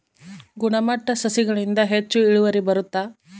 ಗುಣಮಟ್ಟ ಸಸಿಗಳಿಂದ ಹೆಚ್ಚು ಇಳುವರಿ ಬರುತ್ತಾ?